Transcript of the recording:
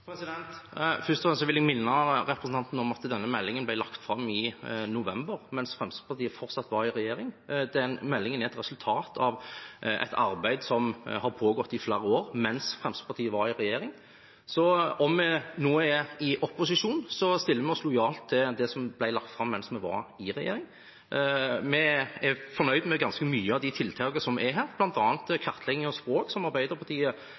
vil jeg minne representanten om at denne meldingen ble lagt fram i november, mens Fremskrittspartiet fortsatt var i regjering. Meldingen er et resultat av et arbeid som har pågått i flere år, mens Fremskrittspartiet var i regjering. Selv om vi nå er i opposisjon, stiller vi oss lojalt bak det som ble lagt fram mens vi var i regjering. Vi er fornøyd med ganske mange av tiltakene i meldingen, bl.a. kartlegging av språk, som Arbeiderpartiet